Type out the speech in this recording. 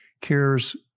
cares